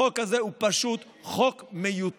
החוק הזה הוא פשוט חוק מיותר.